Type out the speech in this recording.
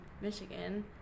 Michigan